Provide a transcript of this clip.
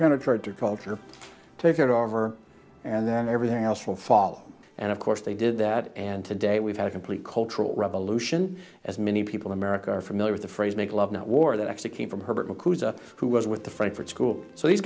their culture take it over and then everything else will fall and of course they did that and today we've had a complete cultural revolution as many people america are familiar with the phrase make love not war that actually came from herbert recruiter who was with the frankfurt school so these